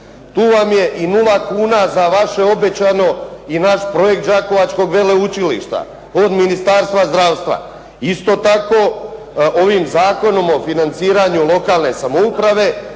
Tu vam je i 0 kuna za vaše obećane i naš projekt Đakovačkog veleučilišta od ministarstva zdravstva, isto tako ovim zakonom o financiranju lokalne samouprave